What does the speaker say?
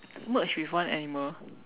merge with one animal